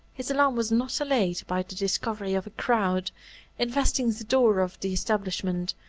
his alarm was not allayed by the discovery of a crowd investing the door of the establishment,